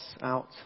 out